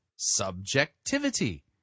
Subjectivity